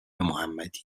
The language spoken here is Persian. محمدی